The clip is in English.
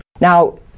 Now